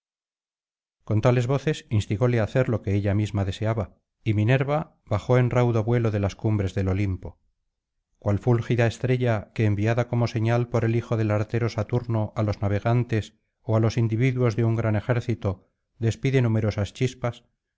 tales voces instigóle á hacer lo que ella misma deseaba y minerva bajó en raudo vuelo de las cumbres del olimpo cual fúlgida estrella que enriada como señal por el hijo del artero saturno á los navegantes ó á los individuos de un gran ejército despide numerosas chispas